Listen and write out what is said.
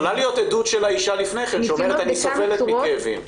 יכולה להיות עדות של האישה לפני כן שאומרת: אני סובלת מכאבים.